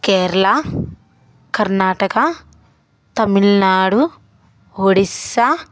Kerala Karnataka Tamil Nadu Odisha